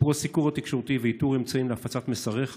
שיפור הסיקור התקשורתי ואיתור אמצעים להפצת מסריך